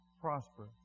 prosper